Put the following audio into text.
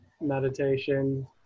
meditation